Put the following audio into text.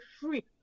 free